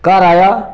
घर आया